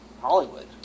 Hollywood